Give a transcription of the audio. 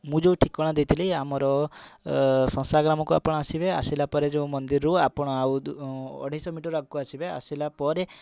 ମୁଁ ଯେଉଁ ଠିକଣା ଦେଇଥିଲି ଆମର ସଂସା ଗ୍ରାମକୁ ଆପଣ ଆସିବେ ଆସିଲା ପରେ ଯେଉଁ ମନ୍ଦିରରୁ ଆପଣ ଆଉ ଅଢ଼େଇଶ ମିଟର ଆଗକୁ ଆସିବେ ଆସିଲା ପରେ